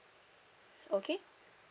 okay